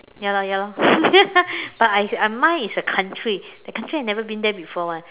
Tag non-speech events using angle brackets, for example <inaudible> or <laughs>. ya lor ya lor <laughs> but I uh mine is a country the country I never been there before [one]